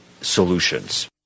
solutions